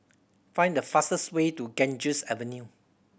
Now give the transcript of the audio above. find the fastest way to Ganges Avenue